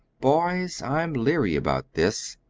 boys, i'm leary about this,